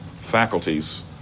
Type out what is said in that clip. faculties